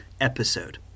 episode